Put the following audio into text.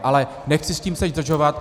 Ale nechci s tím teď zdržovat.